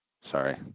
Sorry